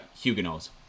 Huguenots